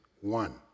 one